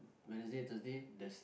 Wednesday Thursday the